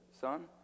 son